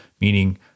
meaning